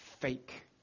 fake